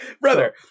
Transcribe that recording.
Brother